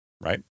right